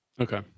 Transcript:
Okay